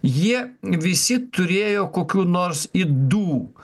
jie visi turėjo kokių nors ydų